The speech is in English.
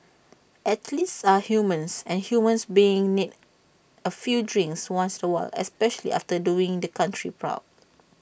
athletes are human and human beings need A few drinks once A while especially after doing the country proud